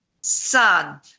Son